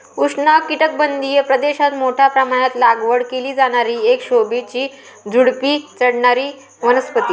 उष्णकटिबंधीय प्रदेशात मोठ्या प्रमाणात लागवड केली जाणारी एक शोभेची झुडुपी चढणारी वनस्पती